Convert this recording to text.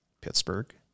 Pittsburgh